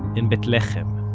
in bethlehem.